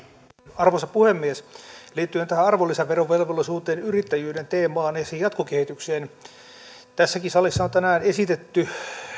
arvoisa puhemies liittyen tähän arvonlisäverovelvollisuuteen yrittäjyyden teemaan ja siihen jatkokehitykseen tässäkin salissa on tänään esitetty